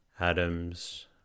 Adams